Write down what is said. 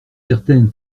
certaine